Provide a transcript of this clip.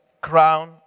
crown